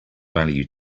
value